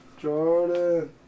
Jordan